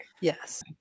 Yes